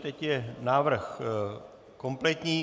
Teď je návrh kompletní.